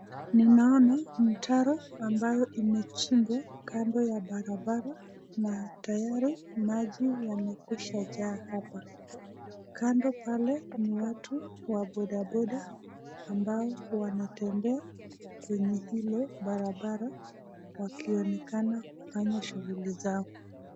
Ninaona mtaro ambayo imechimbwa kando ya barabara na tayari maji yamekwisha jaa hapa. kando pale kuna watu wa bodaboda ambao wanatembea kwenye hilo barabara wakionekana kufanya shughuli zao.